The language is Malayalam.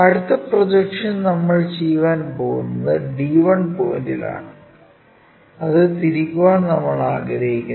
അടുത്ത പ്രൊജക്ഷൻ നമ്മൾ ചെയ്യാൻ പോകുന്നത് d1 പോയിന്റിലാണ് അത് തിരിക്കാൻ നമ്മൾ ആഗ്രഹിക്കുന്നു